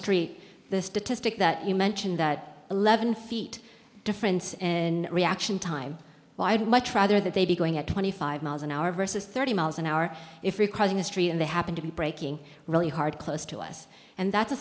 street the statistic that you mentioned that eleven feet difference in reaction time why did my try there that they be going at twenty five miles an hour versus thirty miles an hour if you're crossing the street and they happen to be breaking really hard close to us and that's a